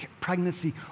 pregnancy